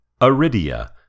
Aridia